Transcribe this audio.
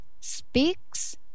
speaks